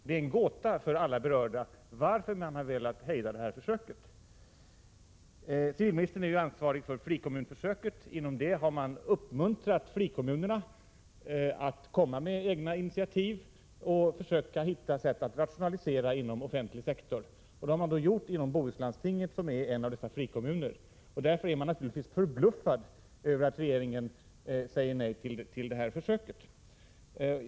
Det är en gåta för alla berörda varför man velat hejda försöket. Civilministern är ansvarig för frikommunförsöket. Inom detta har man 20 november 1986 uppmuntrat frikommunerna att komma med egna initiativ och försöka hitta olika sätt att rationalisera inom offentlig sektor. Det har man gjort inom Bohuslandstinget, som är en av frikommunerna. Därför är man naturligtvis förbluffad över att regeringen säger nej till försöket.